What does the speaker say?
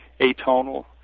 atonal